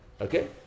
okay